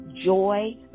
joy